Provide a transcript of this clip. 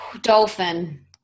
Dolphin